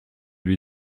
lui